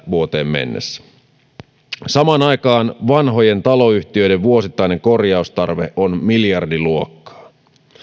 vuoteen kaksituhattaneljäkymmentä mennessä samaan aikaan vanhojen taloyhtiöiden vuosittainen korjaustarve on miljardiluokkaa